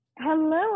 Hello